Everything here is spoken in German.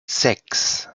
sechs